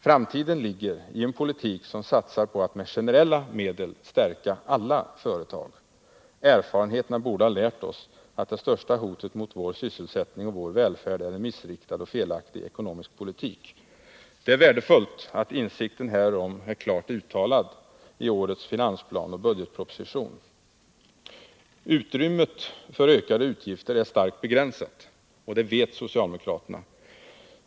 Framtiden ligger i en politik som satsar på att med generella medel stärka alla företag. Erfarenheterna borde ha lärt oss att det största hotet mot vår sysselsättning och vår välfärd är en missriktad och felaktig ekonomisk politik. Det är värdefullt att insikten härom är klart uttalad i årets finansplan och budgetproposition. Utrymmet för ökade utgifter är starkt begränsat, och det vet socialdemokraterna.